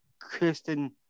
Kristen